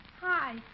Hi